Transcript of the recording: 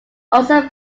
also